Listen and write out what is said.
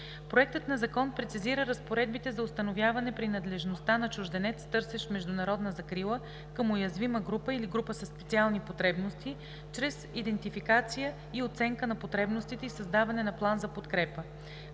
Проектът на закон прецизира разпоредбите за установяване принадлежността на чужденец, търсещ международна закрила, към уязвима група или група със специални потребности чрез идентификация и оценка на потребностите и създаването на план за подкрепа.